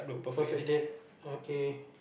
perfect date okay